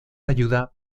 ayuda